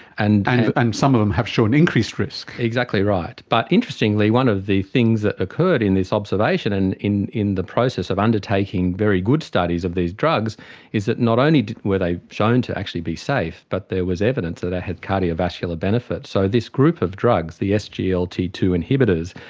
and and some of them have shown increased risk. exactly right. but interestingly one of the things that occurred in this observation and in in the process of undertaking very good studies of these drugs is that not only were they shown to actually be safe but there was evidence that they had cardiovascular benefits. so this group of drugs, the s g l t two inhibitors,